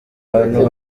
ahantu